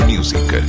Music